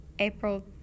April